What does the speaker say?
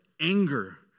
anger